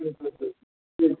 जी जी जी